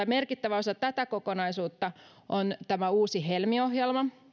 merkittävä osa tätä kokonaisuutta on uusi helmi ohjelma